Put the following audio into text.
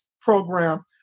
program